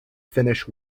finnish